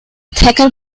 taken